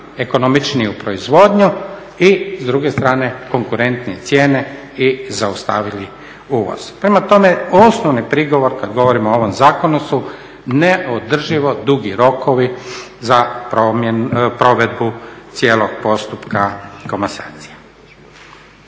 ekonomičniju proizvodnju i s druge strane konkuretnije cijene i zaustavili uvoz. Prema tome, osnovni prigovor kada govorimo o ovom zakonu su neodrživo dugi rokovi za provedbu cijelog postupka komasacije.